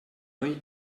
oui